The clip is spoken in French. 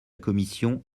commission